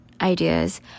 ideas